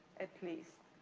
at least.